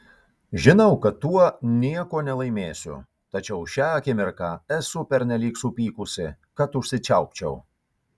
žinau kad tuo nieko nelaimėsiu tačiau šią akimirką esu pernelyg supykusi kad užsičiaupčiau